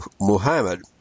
Muhammad